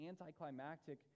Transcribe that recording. anticlimactic